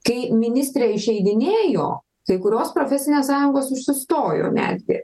kai ministrė išeidinėjo kai kurios profesinės sąjungos užsistojo netgi